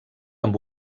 amb